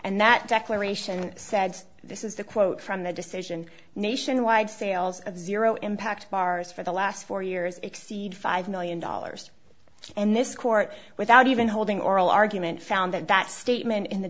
and that declaration said this is the quote from the decision nationwide sales of zero impact bars for the last four years exceed five million dollars and this court without even holding oral argument found that that statement in the